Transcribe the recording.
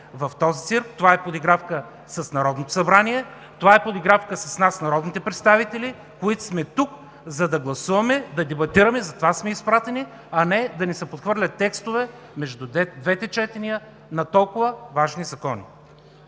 в този цирк. Това е подигравка с Народното събрание, това е подигравка с нас, народните представители, които сме тук, за да гласуваме, да дебатираме – затова сме изпратени, а не да ни се подхвърлят текстове между двете четения на толкова важни закони.